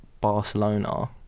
Barcelona